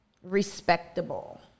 respectable